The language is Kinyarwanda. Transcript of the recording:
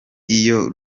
iyo